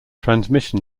transmission